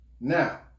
Now